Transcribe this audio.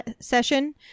session